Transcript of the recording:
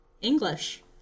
english